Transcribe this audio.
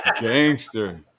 Gangster